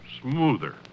smoother